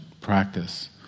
practice